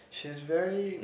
she's very